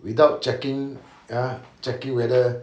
without checking ya checking whether